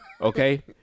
Okay